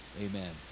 amen